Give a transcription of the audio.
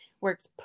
works